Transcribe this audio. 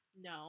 No